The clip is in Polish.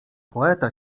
poeta